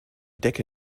decke